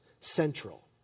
central